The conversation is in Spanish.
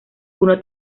uno